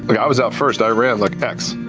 but i was out first, i ran like x.